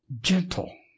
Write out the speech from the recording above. gentle